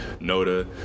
Noda